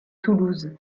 toulouse